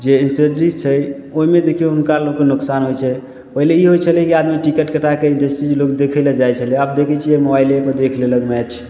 जे इंडस्ट्री छै ओहिमे देखियौ हुनका लोकके नुकसान होइ छै पहिले ई होइ छलै कि आदमी टिकट कटा कऽ टेस्ट सीरीज लोक देखय लऽ जाइ छलै आब देखै छियै मोबाइलेमे देख लेलक मैच